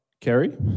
Kerry